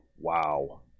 wow